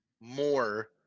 more